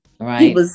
Right